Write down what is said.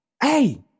Hey